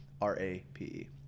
R-A-P-E